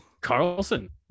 Carlson